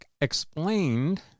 explained